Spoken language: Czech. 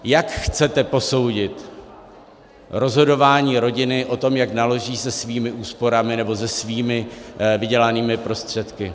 Jak chcete posoudit rozhodování rodiny o tom, jak naloží se svými úsporami nebo se svými vydělanými prostředky?